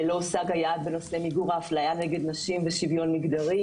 לא הושג היעד בנושא מיגור האפליה נגד נשים ושוויון מגדרי.